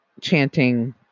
chanting